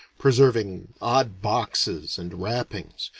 preserving odd boxes and wrappings,